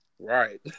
right